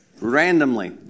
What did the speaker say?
randomly